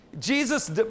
Jesus